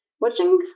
watching